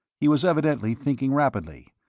he was evidently thinking rapidly.